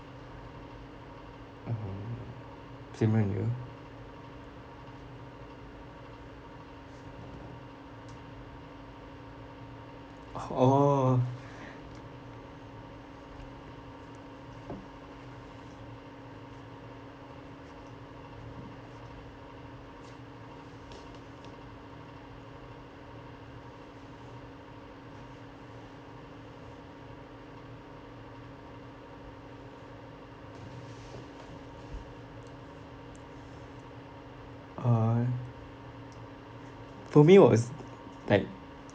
uh hmm simeon you uh oh ah for me was like